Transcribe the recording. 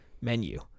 menu